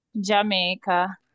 Jamaica